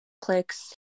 clicks